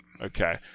okay